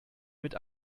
mit